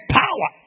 power